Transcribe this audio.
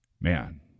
Man